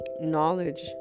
knowledge